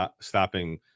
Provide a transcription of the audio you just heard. stopping